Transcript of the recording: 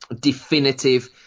definitive